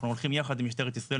אנחנו הולכים ביחד עם משטרת ישראל,